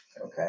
Okay